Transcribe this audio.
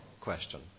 question